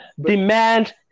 Demand